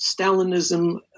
Stalinism